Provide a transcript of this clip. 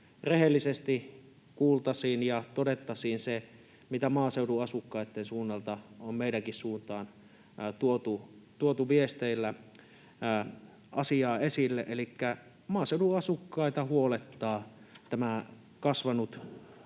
rehellisesti kuultaisiin ja todettaisiin se, mitä maaseudun asukkaitten suunnalta on meidänkin suuntaan tuotu viesteillä esille, elikkä maaseudun asukkaita huolettaa tämä kasvanut